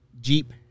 Jeep